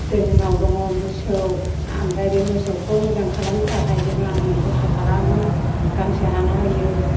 जोंनाव दङ मोसौ आमफ्राय बे मोसौखौ मोजां खालामनो थाखाय जोङो आङो खस्थ' खालामो गांसो हाना होयो